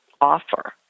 Offer